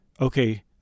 okay